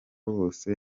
bose